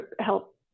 help